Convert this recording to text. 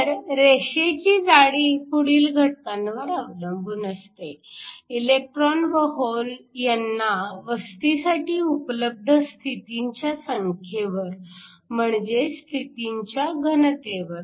तर रेषेची जाडी पुढील घटकांवर अवलंबून असते इलेक्ट्रॉन व होल यांना वस्तीसाठी उपलब्ध स्थितींच्या संख्येवर म्हणजेच स्थितींच्या घनतेवर